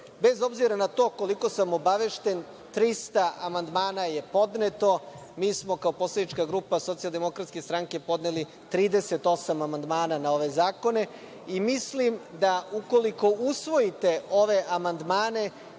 Bez obzira na to koliko sam obavešten, 300 amandmana je podneto. Mi smo kao poslanička grupa SDS podneli 38 amandmana na ove zakone. Mislim da ukoliko usvojite ove amandmane